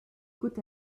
côte